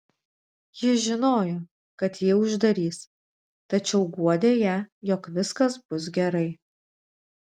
jis žinojo kad jį uždarys tačiau guodė ją jog viskas bus gerai